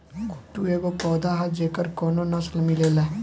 कुटू एगो पौधा ह जेकर कएगो नसल मिलेला